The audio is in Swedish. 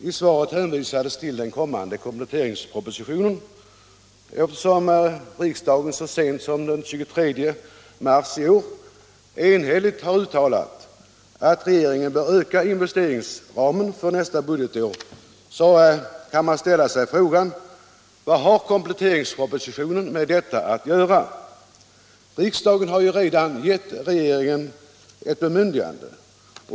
Statsrådet Mogård hänvisar till den kommande kompletteringspropositionen, men eftersom riksdagen så sent som den 23 mars i år enhälligt uttalade att regeringen bör öka investeringsramen för nästa budgetår kan man ställa frågan: Vad har kompletteringspropositionen med detta att göra? Riksdagen har ju redan givit regeringen ett bemyndigande.